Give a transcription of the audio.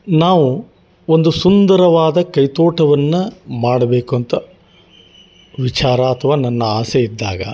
ನಾವು ಒಂದು ಸುಂದರವಾದ ಕೈತೋಟವನ್ನು ಮಾಡಬೇಕು ಅಂತ ವಿಚಾರ ಅಥ್ವಾ ನನ್ನ ಆಸೆ ಇದ್ದಾಗ